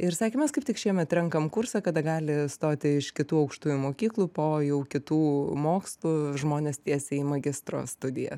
ir sakė mes kaip tik šiemet renkam kursą kada gali stoti iš kitų aukštųjų mokyklų po jau kitų mokslų žmonės tiesiai į magistro studijas